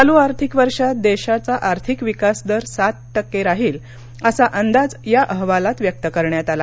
चालू आर्थिक वर्षात देशाचा आर्थिक विकास दर सात टक्के राहील असा अंदाज या अहवालात व्यक्त करण्यात आला